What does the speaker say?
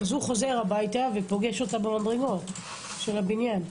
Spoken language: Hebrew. הוא חוזר הביתה ופוגש אותה במדרגות של הבניין,